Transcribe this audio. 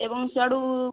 ଏବଂ ସ୍ୟାଡ଼ୁ